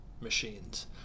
machines